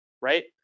right